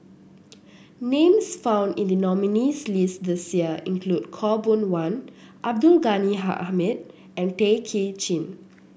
names found in the nominees' list this year include Khaw Boon Wan Abdul Ghani Hamid and Tay Kay Chin